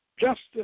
Justice